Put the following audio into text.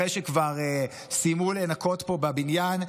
אחרי שכבר סיימו לנקות פה בבניין,